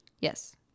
Yes